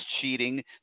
cheating